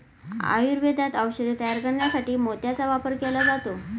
आयुर्वेदात औषधे तयार करण्यासाठी मोत्याचा वापर केला जातो